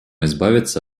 избавиться